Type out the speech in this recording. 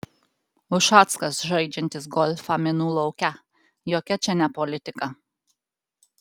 ušackas žaidžiantis golfą minų lauke jokia čia ne politika